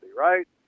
right